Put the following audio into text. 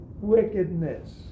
wickedness